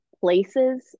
places